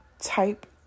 type